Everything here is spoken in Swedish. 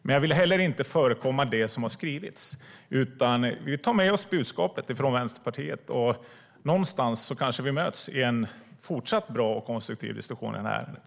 Men jag vill inte förekomma det som skrivits, utan jag tar med mig budskapet från Vänsterpartiet. Någonstans kanske vi möts i en fortsatt bra och konstruktiv diskussion i det här ärendet.